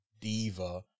diva